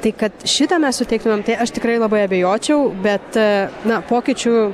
tai kad šitą mes suteiktumėm tai aš tikrai labai abejočiau bet na pokyčių